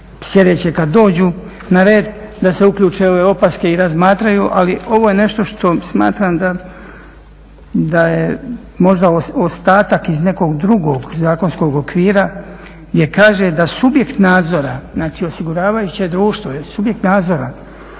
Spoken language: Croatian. sljedeće kada dođu na red da se uključe ove opaske i razmatraju, ali ovo je nešto što smatram da je možda ostatak iz nekog drugog zakonskog okvira, gdje kaže da subjekt nadzora znači osiguravajuće društvo je subjekt nadzora